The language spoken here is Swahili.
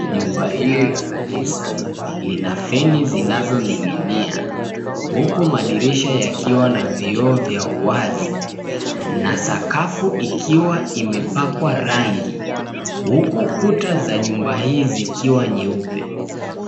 Jumba hili la kanisa lina feni zinazoning'inia huku madirisha yakiwa na vioo vya uwazi na sakafu ikiwa imepakwa rangi, huku kuta za nyumba hii zikiwa nyeupe.